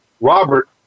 Robert